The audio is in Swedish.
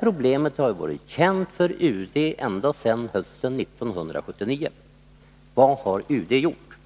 Problemet har varit känt för — utlandsmyndighet utrikesdepartementet ända sedan hösten 1979. Vad har utrikesdepartemen =; Västtyskland tet gjort?